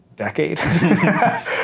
decade